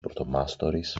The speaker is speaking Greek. πρωτομάστορης